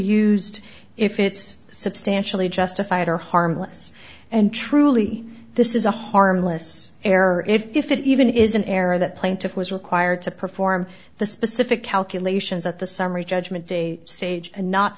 used if it's substantially justified or harmless and truly this is a harmless error if it even is an error that plaintiff was required to perform the specific calculations at the summary judgment day sage and not